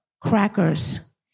crackers